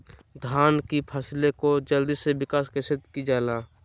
धान की फसलें को जल्दी से विकास कैसी कि जाला?